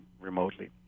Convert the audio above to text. remotely